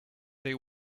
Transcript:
they